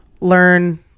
learn